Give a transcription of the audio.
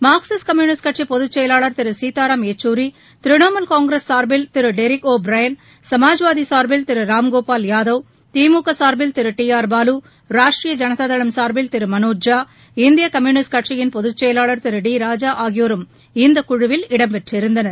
Marxist communist கட்சி பொதுச் செயலாளர் திரு சீதாராமன் யெச்சூரி திரிணமூல் காங்கிரஸ் சார்பில் திரு டெரிக் ஒ பிரைன் சமாஜ்வாதி சார்பில் திரு ராம்கோபால் யாதவ் திமுக சார்பில் திரு டி ஆர் பாலு ராஷ்டரிய ஜனதா தளம் சார்பில் திரு மனோஜ் ஜா இந்திய கம்யூனிஸ்ட் கட்சியின் பொதுச் செயலாளர் திரு டி ராஜா ஆகியோரும் இக்குழுவில் இடம்பெற்றிருந்தனர்